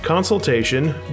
consultation